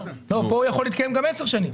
כאן הוא יכול להתקיים גם עשר שנים.